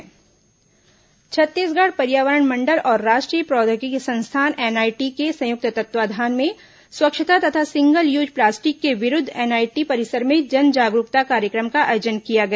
single use plastic NIT Chhattisgarh पर्यावरण मंडल और राष्ट्रीय प्रौद्योगिकी संस्थान एनआईटी के संयुक्त तत्वाधान में स्वच्छता तथा सिंगल यूज प्लास्टिक के विरूद्ध एनआईटी परिसर में जन जागरूकता कार्यक्रम का आयोजन किया गया